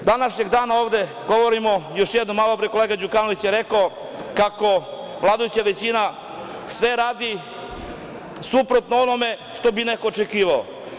Ovde danas govorimo, još jednom, malopre je kolega Đukanović rekao kako vladajuća većina sve radi suprotno onome što bi neko očekivao.